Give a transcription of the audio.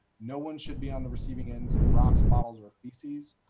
no one should be on the receiving end's of rocks, bottles, or feces.